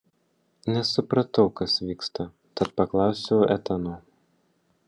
nesupratau kas vyksta tad paklausiau etano